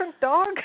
dog